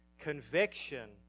Conviction